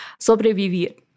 sobrevivir